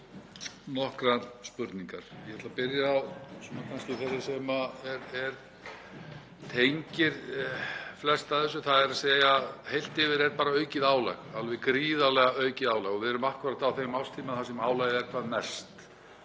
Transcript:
nokkrar spurningar. Ég ætla að byrja á kannski þeirri sem tengir flest af þessu, þ.e. heilt yfir er bara aukið álag, alveg gríðarlega aukið álag. Við erum akkúrat á þeim árstíma þar sem álagið er hvað mest,